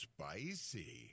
Spicy